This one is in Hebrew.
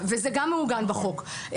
זה גם מעוגן בחוק.